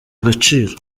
agaciro